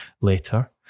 later